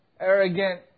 arrogant